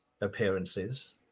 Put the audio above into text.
appearances